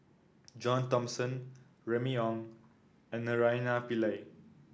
John Thomson Remy Ong and Naraina Pillai